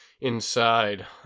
inside